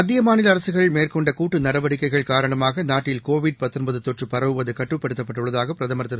மத்திய மாநில அரசுகள் மேற்கொண்ட கூட்டு நடவடிக்கைகள் காரணமாக நாட்டில் கோவிட் தொற்று பரவுவது கட்டுப்படுத்தப்பட்டுள்ளதாக பிரதமர் திரு